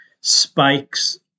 Spikes